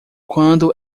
quando